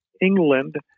England